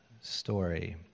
story